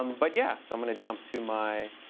um but yeah, so i'm going to jump to my